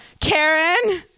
Karen